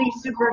super